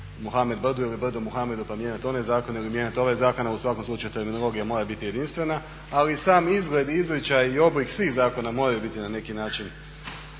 Muhamed brdu ili brdo Muhamedu pa mijenjat one zakone ili mijenjati ove zakone, u svakom slučaju terminologija mora biti jedinstvena. Ali sam izgled, izričaj i oblik svih zakona mora biti na neki način